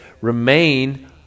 remain